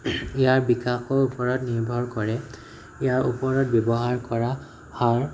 ইয়াৰ বিকাশৰ ওপৰত নিৰ্ভৰ কৰে ইয়াৰ ওপৰত ব্যৱহাৰ কৰা সাৰ